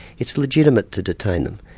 it's legitimate to detain them.